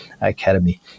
academy